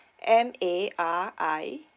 M A R I A